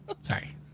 Sorry